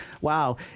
Wow